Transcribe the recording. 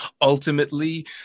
ultimately